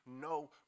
no